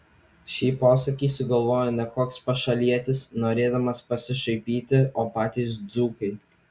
šį posakį sugalvojo ne koks pašalietis norėdamas pasišaipyti o patys dzūkai